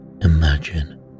imagine